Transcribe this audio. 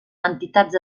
entitats